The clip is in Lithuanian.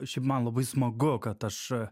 šiaip man labai smagu kad aš